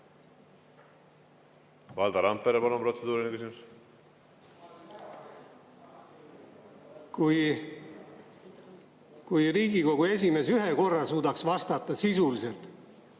Valdo Randpere, palun, protseduuriline küsimus! Kui Riigikogu esimees ühe korra suudaks vastata sisuliselt,